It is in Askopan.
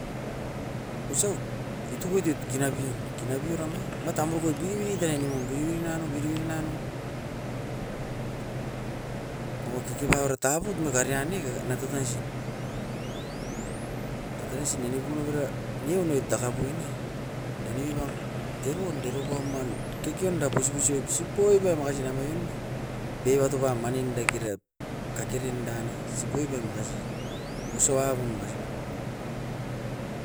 Osau itokotiot kena pian. Kenapio era mai matamuroko ibiri biri terai nimun biribiri nanao, biribiiri nanao maua kekepau ratabut magarian ne natata nasin. Tatanasin anikun avera niunoit taka pun ne, dan wibang deroun, deropam man kikionda posi posit sipoibe makasi namaion ne, beuato pam maninde kirat. Kakerin danai sipuibe makasi, osoabun makasi wan.